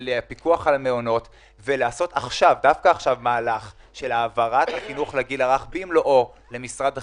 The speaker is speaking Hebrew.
זה הזמן לעשות מהלך של העברת החינוך לגיל הרך למשרד החינוך.